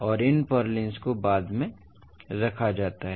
और इन पुर्लिन्स को बाद में रखा जाता है